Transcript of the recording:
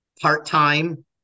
part-time